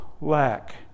lack